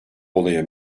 olaya